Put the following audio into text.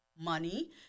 money